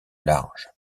large